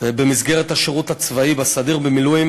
ובמסגרת השירות הצבאי בסדיר ובמילואים